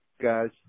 guys